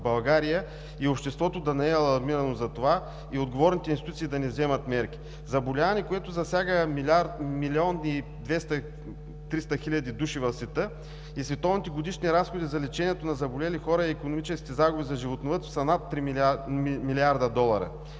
България, и обществото да не е алармирано за това, и отговорните институции да не вземат мерки? Заболяване, което засяга милион и двеста-триста хиляди души в света, и световните годишни разходи за лечението на заболели хора са икономически загуби за животновъдството, са над 3 млрд. долара.